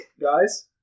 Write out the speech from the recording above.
guys